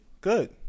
Good